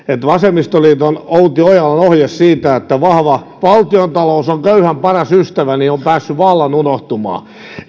vasemmistoliiton outi ojalan ohje siitä että vahva valtiontalous on köyhän paras ystävä on päässyt vallan unohtumaan